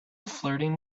flirting